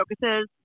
focuses